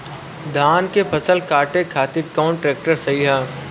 धान के फसल काटे खातिर कौन ट्रैक्टर सही ह?